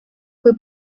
kui